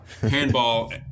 handball